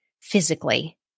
physically